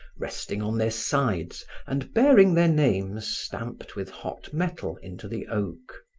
resting on their sides and bearing their names stamped with hot metal into the oak.